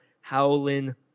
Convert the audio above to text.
Howlin